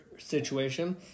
situation